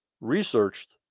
researched